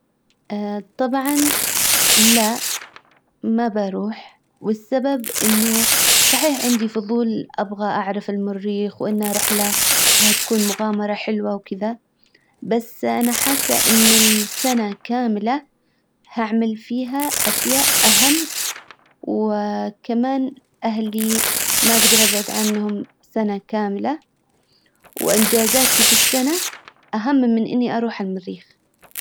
طبعا لأ ما بروح والسبب انه صحيح عندي فضول ابغى اعرف المريخ وانها رحلة وهتكون مغامرة حلوة وكدا بس انا حاسة ان السنة كاملة حعمل فيها اشياء اهم وكمان اهلي ما اجدر ابعد عنهم سنة كاملة. وانجازاتي في السنة اهم من اني اروح المريخ.